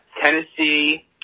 Tennessee